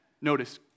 notice